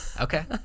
okay